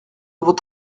avons